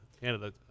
Canada